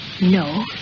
No